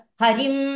Harim